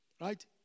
Right